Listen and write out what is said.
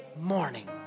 morning